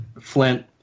Flint